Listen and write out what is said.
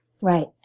Right